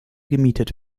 gemietet